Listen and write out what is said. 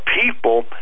people